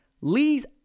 Lee's